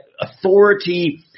authority